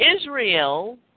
Israel